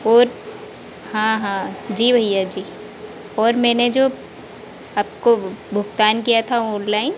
और हाँ हाँ जी भईया जी और मैंने जो आपको भुगतान किया था आपको ओनलाइन